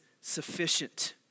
sufficient